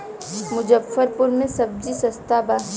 मुजफ्फरपुर में सबजी सस्ता बा